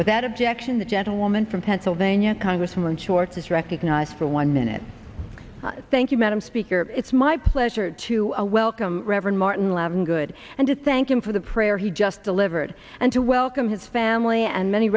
but that objection the gentlewoman from pennsylvania congressman shorts is recognized for one minute thank you madam speaker it's my pleasure to a welcome reverend martin levin good and to thank him for the prayer he just delivered and to welcome his family and many